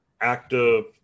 active